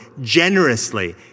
generously